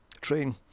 train